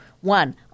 One